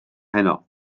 heno